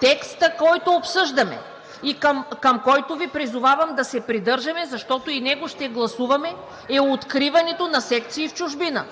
Текстът, който обсъждаме и към който Ви призовавам да се придържаме, защото и него ще гласуваме, е „Откриването на секции в чужбина“.